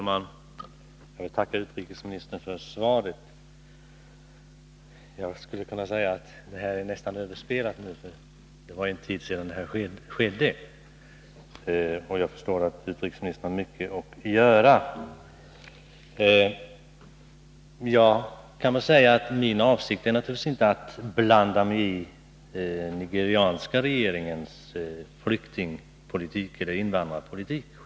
Herr talman! Jag tackar utrikesministern för svaret. Man skulle kunna säga att det är nästan överspelat, för det var ju en tid sedan detta skedde, men jag förstår att utrikesministern har mycket att göra. Min avsikt är självfallet inte att blanda mig i den nigerianska regeringens invandrarpolitik.